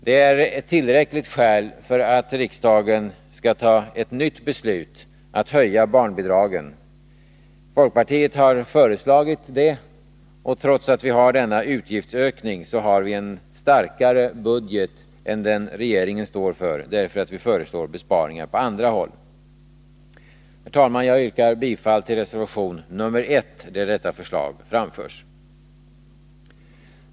Detta är ett tillräckligt skäl för att riksdagen skall fatta ett nytt beslut om att höja barnbidragen. Folkpartiet har föreslagit det, och trots denna utgiftsökning har vi en starkare budget än den regeringen står för, därför att vi föreslår besparingar på andra håll. Herr talman! Jag yrkar bifall till reservation 1, där detta förslag framförs.